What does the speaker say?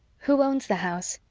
who owns the house?